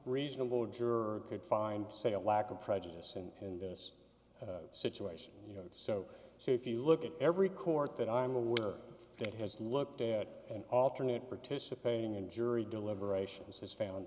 reasonable juror could find say a lack of prejudice and in this situation you know so so if you look at every court that i'm aware that has looked at an alternate participating in jury deliberations h